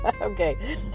Okay